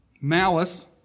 malice